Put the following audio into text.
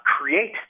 create